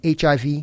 HIV